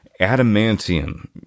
Adamantium